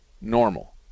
Normal